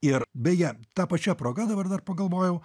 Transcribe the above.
ir beje ta pačia proga dabar dar pagalvojau